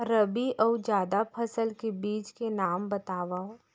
रबि अऊ जादा फसल के बीज के नाम बताव?